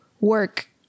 work